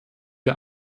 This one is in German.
der